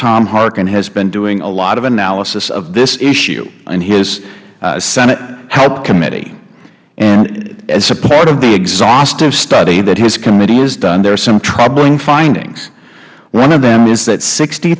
tom harken has been doing a lot of analysis of this issue on his senate help committee and as a part of the exhaustive study that his committee has done there are some troubling findings one of them is that sixty